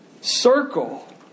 Circle